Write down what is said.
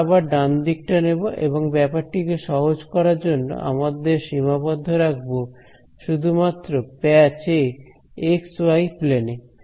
আমরা আবার ডানদিকটা নেব এবং ব্যাপারটিকে সহজ করার জন্য আমরা আমাদের সীমাবদ্ধ রাখব শুধুমাত্র প্যাচ এ এক্স ওয়াই প্লেন এ